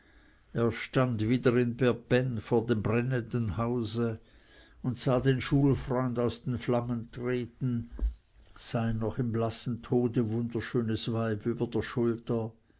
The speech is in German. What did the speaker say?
er stand wieder in berbenn vor dem brennenden hause und sah den schulfreund aus den flammen treten sein noch im blassen tode wunderschönes weib über der schulter